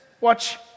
Watch